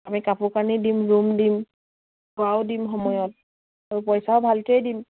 আমি কাপোৰ কানি দিম ৰুম দিম খোৱাও দিম সময়ত আৰু পইচাও ভালকেৱে দিম